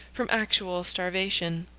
from actual starvation.